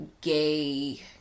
gay